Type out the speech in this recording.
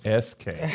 sk